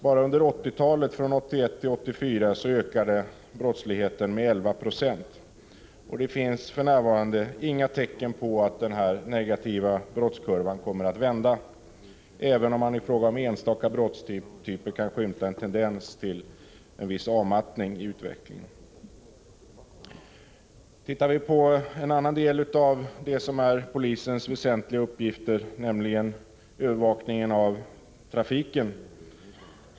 Bara under 1981-1984 ökade brottsligheten med 11 96, och det finns för närvarande inga tecken på att denna negativa brottskurva kommer att vända, även om man i fråga om enstaka brottstyper kan skymta en tendens till viss avmattning i utvecklingen. Låt oss titta på en annan del av polisens väsentliga uppgifter, nämligen övervakning av trafiken.